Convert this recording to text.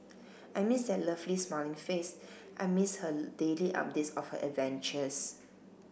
I miss that lovely smiling face I miss her daily updates of her adventures